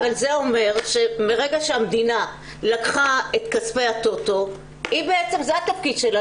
אבל זה אומר שמרגע שהמדינה לקחה את כספי הטוטו זה התפקיד שלה,